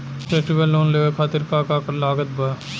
Festival loan लेवे खातिर का का लागत बा?